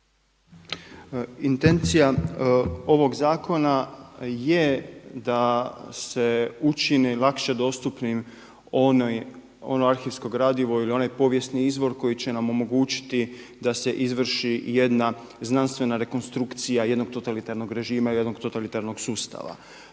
Intencija ovog zakona je da se učini lakše dostupnim ono arhivsko gradivo ili onaj povijesni izvor koji će nam omogućiti da se izvrši jedna znanstvena rekonstrukcija jednog totalitarnog režima, jednog totalitarnog sustava.